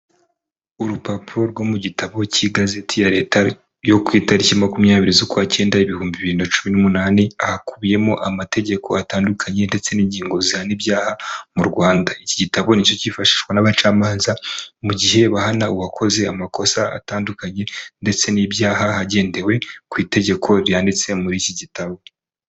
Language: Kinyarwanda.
Urupapuro rwo mu gitabo cy'igazeti ya leta yo ku itariki makumyabiri z'ukwacyenda ibihumbi bin na cumi n' numunani ahakubiyemo amategeko atandukanye ndetse n'ingingo zihana ibyaha mu rwanda iki gitabo nicyo cyifashishwa n'abacamanza mu gihe bahana uwakoze amakosa atandukanye ndetse n'ibyaha hagendewe ku itegeko ryanditse muri iki gitabo.